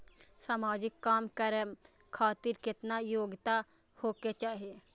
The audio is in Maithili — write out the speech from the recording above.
समाजिक काम करें खातिर केतना योग्यता होके चाही?